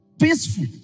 Peaceful